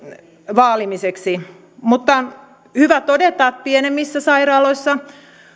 vaalimiseksi mutta on hyvä todeta että pienemmissä sairaaloissa